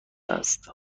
است